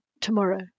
tomorrow